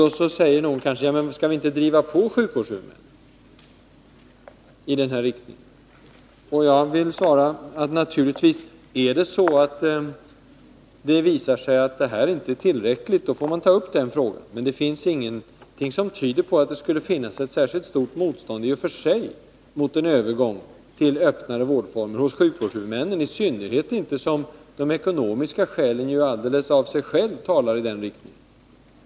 Då kanske någon säger: Skall vi inte driva på sjukvårdshuvudmännen i den riktningen? Jo, om det visar sig att detta inte är tillräckligt får vi naturligtvis ta upp frågan. Men det finns ingenting som tyder på att det skulle finnas särskilt stort motstånd hos sjukvårdshuvudmännen mot en övergång till öppnare vårdformer, i synnerhet inte som de ekonomiska skälen alldeles av sig själva talar i den riktningen.